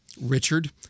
Richard